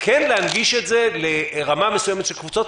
- כן להנגיש את זה לרמה מסוימת של קבוצות.